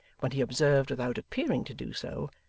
when he observed without appearing to do so,